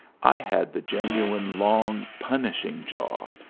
i had the genuine long punishing jaw,